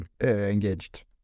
engaged